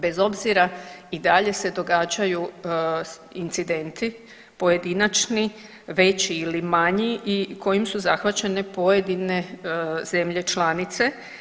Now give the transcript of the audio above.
Bez obzira i dalje se događaju incidenti pojedinačni, veći ili manji i kojim su zahvaćene pojedine zemlje članice.